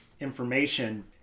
information